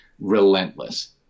relentless